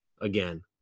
Again